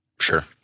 sure